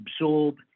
absorb